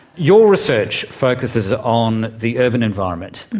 your research focuses on the urban environment.